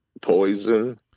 Poison